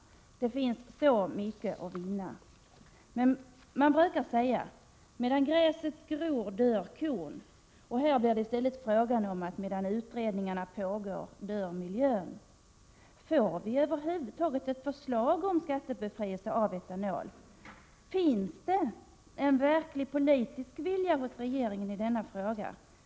Det finns så mycket att vinna. Man brukar säga: Medan gräset gror dör kon. Men här är det i stället fråga om att medan utredningarna pågår så dör miljön. Får vi över huvud taget ett förslag om skattebefrielse för etanol? Finns det en verklig politisk vilja hos regeringen i denna fråga?